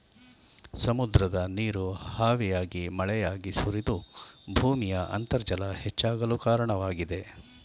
ಸಮುದ್ರದ ನೀರು ಹಾವಿಯಾಗಿ ಮಳೆಯಾಗಿ ಸುರಿದು ಭೂಮಿಯ ಅಂತರ್ಜಲ ಹೆಚ್ಚಾಗಲು ಕಾರಣವಾಗಿದೆ